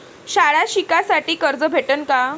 शाळा शिकासाठी कर्ज भेटन का?